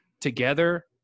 together